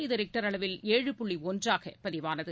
இது ரிக்டர் அளவில் ஏழு புள்ளி ஒன்றாக பதிவானது